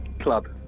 Club